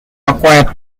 acquired